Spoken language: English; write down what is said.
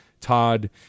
Todd